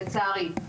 לצערי.